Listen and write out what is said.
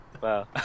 Wow